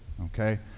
okay